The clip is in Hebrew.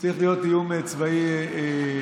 צריך להיות איום צבאי רציני,